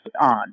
On